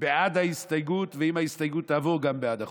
בעד ההסתייגות, ואם ההסתייגות תעבור, גם בעד החוק.